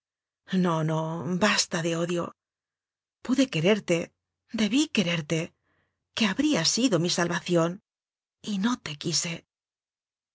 no no basta de odio pude quererte debí quererte que habría sido mi salvación y no te quise